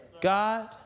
God